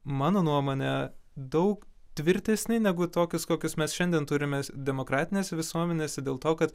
mano nuomone daug tvirtesni negu tokius kokius mes šiandien turime demokratinėse visuomenėse dėl to kad